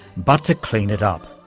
but to clean it up.